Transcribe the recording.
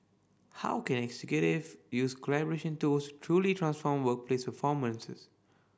how can executives use collaboration tools truly transform workplace performance